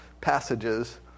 passages